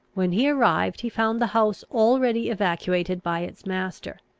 when he arrived, he found the house already evacuated by its master.